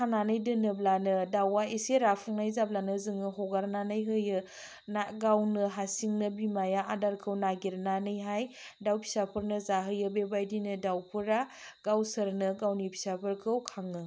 खानानै दोनोब्लानो दावा एसे राफुंनाय जाब्लानो जोङो हगारनानै होयो ना गावनो हारसिंनो बिमाया आदारखौ नागिरनानैहाय दाउ फिसाफोरनो जाहोयो बेबायदिनो दाउफोरा गावसोरनो गावसिनि फिसाफोरखौ खाङो